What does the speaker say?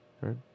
right